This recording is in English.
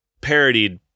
parodied